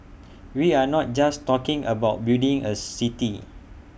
we are not just talking about building A city